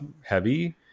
heavy